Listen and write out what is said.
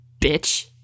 bitch